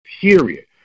period